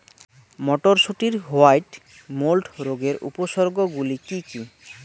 মটরশুটির white mould রোগের উপসর্গগুলি কী কী?